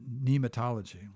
nematology